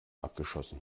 abgeschossen